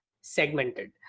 segmented